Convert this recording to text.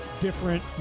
different